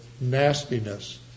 nastiness